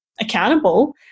accountable